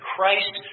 Christ